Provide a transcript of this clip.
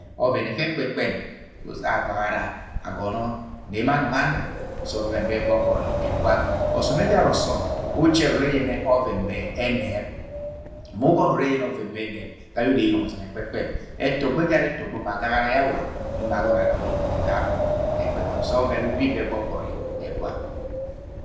. Ọven ẹfẹ ẹkpẹkpem so sẹ agagara agọnọ ne emo anọng ana sẹ ovẹvẹn bẹ gbọgbọri ẹgwa ọsọm ẹjara wẹ uchẹrẹ are ọvẹn bẹ e̱nẹb, mu ugọnọ urẹ ọvẹn be ẹnẹb ga yẹ odo eyena ọz+n ekpẹkpẹm Ẹtọgbọ ẹjara ẹtọgbọ ma agagara ye awa, emo ma agọnọ arẹ eyeng ọz+na kakọng ẹkpẹkpem. Se ọvẹven ubi bẹ gbọgbọri egwa.